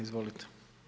Izvolite.